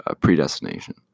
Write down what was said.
predestination